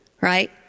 right